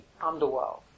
underworld